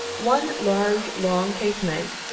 one large, long casemate,